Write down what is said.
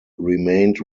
remained